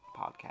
podcast